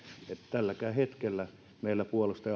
tälläkään hetkellä meillä